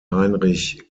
heinrich